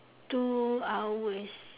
two hours